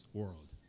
world